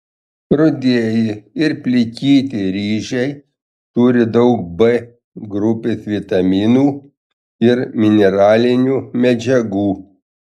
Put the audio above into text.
rudieji ir plikyti ryžiai turi daug b grupės vitaminų ir mineralinių medžiagų